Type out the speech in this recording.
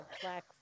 Black